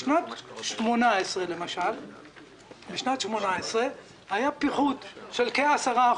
בשנת 2018 למשל היה פיחות של כ-10%,